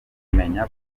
kumenya